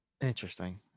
interesting